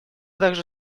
также